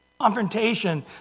confrontation